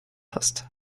hast